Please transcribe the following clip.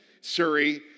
Surrey